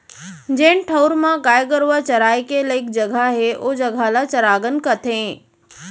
जेन ठउर म गाय गरूवा चराय के लइक जघा हे ओ जघा ल चरागन कथें